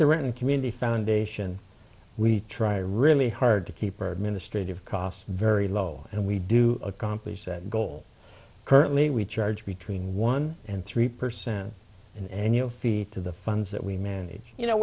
the reading community foundation we try really hard to keep ministry of costs very low and we do accomplish that goal currently we charge between one and three percent in annual fee to the funds that we manage you know